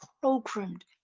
programmed